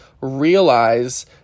realize